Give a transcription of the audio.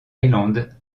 highlands